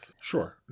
sure